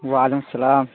وعلیکم السلام